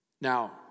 Now